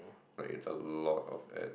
like it's a lot of ad